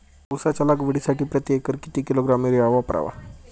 उसाच्या लागवडीसाठी प्रति एकर किती किलोग्रॅम युरिया वापरावा?